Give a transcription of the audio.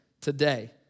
today